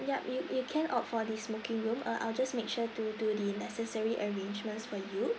yup you you can opt for the smoking room uh I'll just make sure to do the necessary arrangements for you